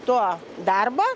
to darbo